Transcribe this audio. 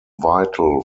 vital